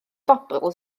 bobl